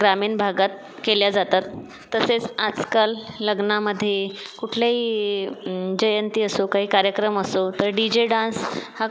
ग्रामीण भागात केली जातात तसेच आजकाल लग्नांमध्ये कुठल्याही जयंती असो काही कार्यक्रम असो डी जे डांस हा